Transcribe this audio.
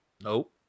Nope